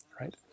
right